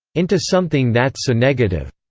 into something that's so negative.